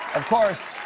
and course,